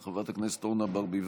של חברת הכנסת אורנה ברביבאי,